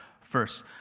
First